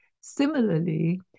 Similarly